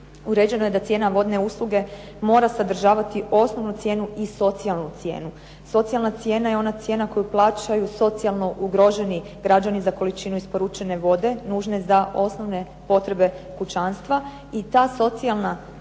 uređeno je da cijena vodne usluge mora sadržavati osnovnu cijenu i socijalnu cijenu. Socijalna cijena je ona cijena koju plaćaju socijalno ugroženi građani za količinu isporučene vode, nužne za osnovne potrebe kućanstva, i ta socijalna cijena